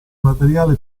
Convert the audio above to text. materiale